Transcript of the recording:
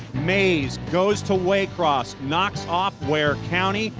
mays goes to waycross, knocks off ware county.